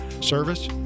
service